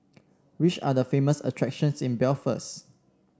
which are the famous attractions in Belfast